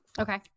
Okay